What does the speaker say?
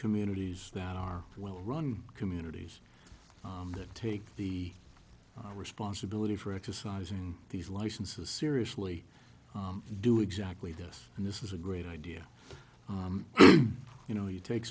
communities that are well run communities that take the responsibility for exercising these licenses seriously and do exactly this and this is a great idea you know you take